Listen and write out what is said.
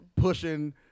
pushing